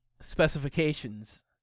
specifications